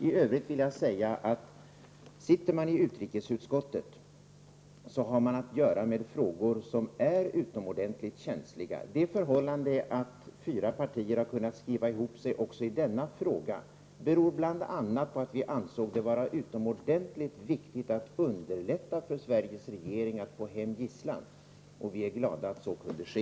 I övrigt vill jag säga att man, om man sitter med i utrikesutskottet, får vara med om att handlägga utomordentligt känsliga frågor. Det förhållandet att fyra partier kunde skriva ihop sig också i denna fråga, berodde bl.a. på att vi ansåg det vara utomordentligt viktigt att underlätta för Sveriges regering att få hem gisslan. Vi är glada över att så kunde ske.